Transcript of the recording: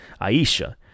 Aisha